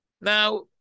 Now